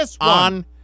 on